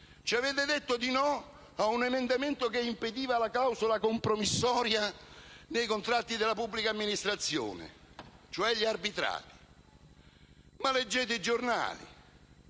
Avete detto di no a un emendamento che impediva la clausola compromissoria nei contratti della pubblica amministrazione, cioè gli arbitrati. Ma leggete i giornali.